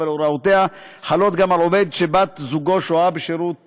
אבל הוראותיה חלות גם על עובד שבת זוגו שוהה בשירות מילואים.